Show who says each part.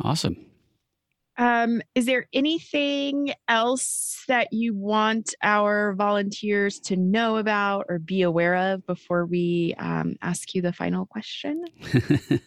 Speaker 1: Awesome.
Speaker 2: Um, is there anything else that you want our volunteers to know about or be aware of before we, um, ask you the final question?
Speaker 1: Big